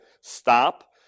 stop